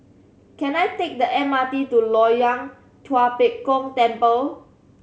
can I take the M R T to Loyang Tua Pek Kong Temple